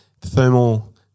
thermal